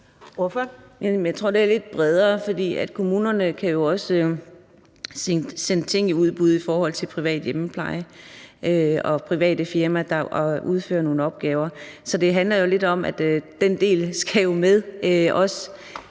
jeg tror, det er lidt bredere, for kommunerne kan jo også sende ting i udbud i forhold til privat hjemmepleje og private firmaer, der udfører nogle opgaver. Så det handler lidt om, at den del jo også